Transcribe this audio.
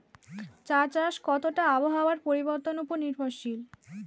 চা চাষ কতটা আবহাওয়ার পরিবর্তন উপর নির্ভরশীল?